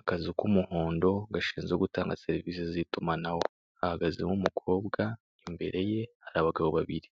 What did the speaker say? Akazu k'umuhondo gashinzwe gutanga serivise z'itumanaho, hahagazeho umukobwa imbere ye hari abagabo babiri